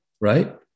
Right